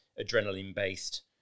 adrenaline-based